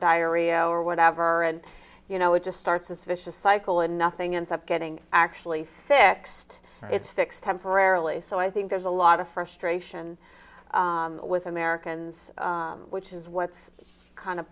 diarrhea or whatever and you know it just starts this vicious cycle and nothing ends up getting actually fixed it's fixed temporarily so i think there's a lot of frustration with americans which is what's kind of